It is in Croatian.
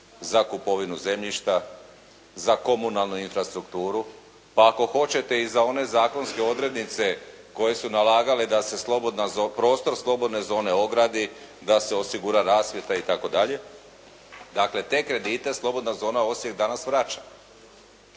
za kupovinu zemljišta, za komunalnu infrastrukturu, pa ako hoćete i za one zakonske odrednice koje su nalagale da se prostor slobodne zone ogradi, da se osigura rasvjeta itd. Dakle, te kredite slobodna zona Osijek danas vraća.